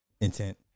Intent